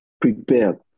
prepared